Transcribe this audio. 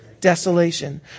Desolation